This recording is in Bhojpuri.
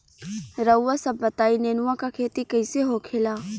रउआ सभ बताई नेनुआ क खेती कईसे होखेला?